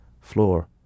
floor